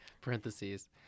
Parentheses